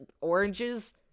oranges